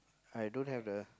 I don't have the